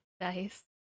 nice